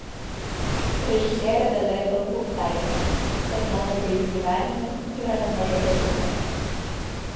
režisierė dalia ibelhauptaitė tarp mano dviejų gyvenimų yra nemaža bedugnė